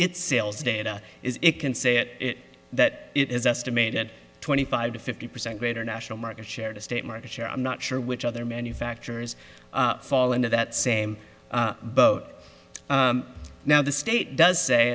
its sales data it can say that it is estimated twenty five to fifty percent greater national market share to state market share i'm not sure which other manufacturers fall into that same boat now the state does